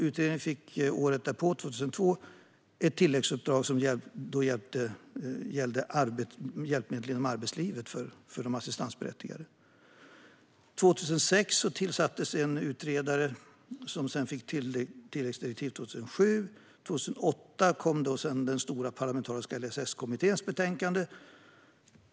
Utredningen fick 2002, alltså året därpå, ett tilläggsuppdrag som gällde hjälpmedel inom arbetslivet för de assistansberättigade. År 2006 tillsattes en utredare som sedan fick tilläggsdirektiv 2007, och 2008 kom så den stora parlamentariska LSS-kommitténs betänkande.